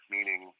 Meaning